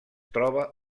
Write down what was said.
troba